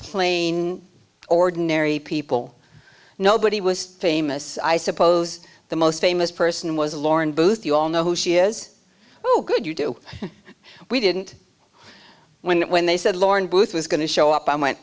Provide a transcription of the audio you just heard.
plain ordinary people nobody was famous i suppose the most famous person was lauren booth you all know who she is oh good you do we didn't win when they said lauren booth was going to show up